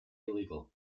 illegal